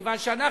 מכיוון שאנחנו,